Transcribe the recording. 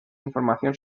información